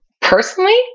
Personally